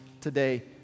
today